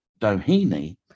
doheny